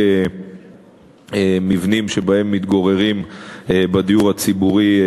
מבנים שבהם מתגוררים דיירים בדיור הציבורי.